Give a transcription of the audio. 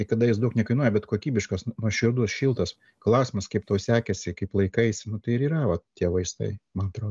kai kada jis daug nekainuoja bet kokybiškos nuoširdus šiltas klausimas kaip tau sekėsi kaip laikais nu tai ir yra vat tie vaistai man atrodo